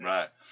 Right